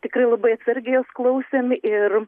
tikrai labai atsargiai jos klausėm ir